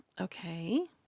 okay